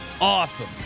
Awesome